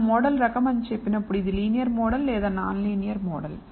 మనం మోడల్ రకం అని చెప్పినప్పుడు ఇది లీనియర్ మోడల్ లేదా నాన్ లీనియర్ మోడల్